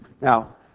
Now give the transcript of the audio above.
Now